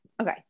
Okay